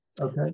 Okay